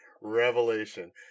Revelation